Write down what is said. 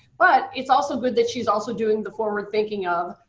but it's also good that she's also doing the forward thinking of,